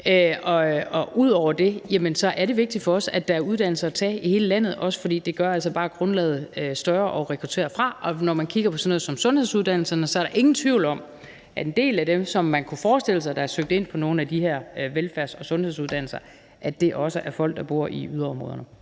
finanslovsudspil den her gang, at der er uddannelser at tage i hele landet, også fordi det altså bare gør grundlaget større at rekruttere fra. Når man kigger på sådan noget som sundhedsuddannelserne, er der ingen tvivl om, at en del af dem, som man kunne forestille sig ville søge ind på nogle af de her velfærds- og sundhedsuddannelser, også er folk, der bor i yderområderne.